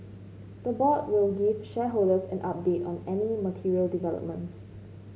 the board will give shareholders an update on any material developments